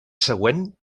següent